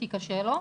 כי קשה לו,